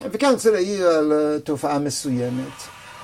וכאן זה ראייה לתופעה מסוימת